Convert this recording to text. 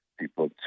people